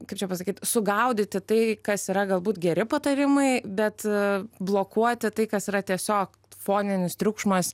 kaip čia pasakyt sugaudyti tai kas yra galbūt geri patarimai bet blokuoti tai kas yra tiesiog foninis triukšmas